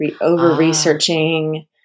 Over-researching